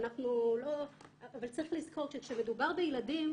צריך לזכור שכשמדובר בילדים,